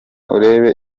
urebe